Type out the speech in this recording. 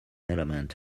element